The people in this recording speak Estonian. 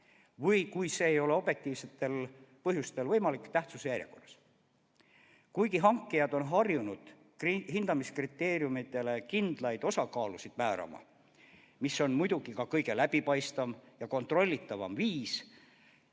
või, kui see ei ole objektiivsetel põhjustel võimalik, tähtsuse järjekorras. Kuigi hankijad on harjunud hindamiskriteeriumitele kindlaid osakaalusid määrama – see on muidugi kõige läbipaistvam ja kontrollitavam viis,